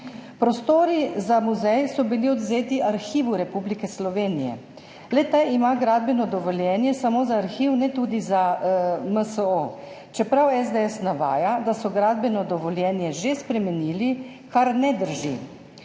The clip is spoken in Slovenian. Prostori za muzej so bili odvzeti Arhivu Republike Slovenije. Le-ta ima gradbeno dovoljenje samo za arhiv, ne tudi za MSO, čeprav SDS navaja, da so gradbeno dovoljenje že spremenili, kar ne drži.